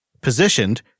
positioned